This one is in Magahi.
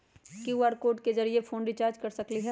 कियु.आर कोड के जरिय फोन रिचार्ज कर सकली ह?